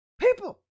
people